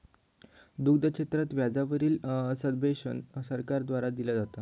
दुग्ध क्षेत्रात व्याजा वरील सब्वेंशन सरकार द्वारा दिला जाता